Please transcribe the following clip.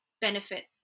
benefit